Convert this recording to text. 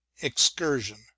excursion